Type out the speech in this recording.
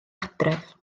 adref